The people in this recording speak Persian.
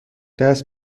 دست